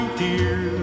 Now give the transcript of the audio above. dear